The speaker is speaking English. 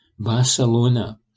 Barcelona